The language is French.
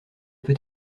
peut